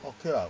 okay lah